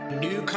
New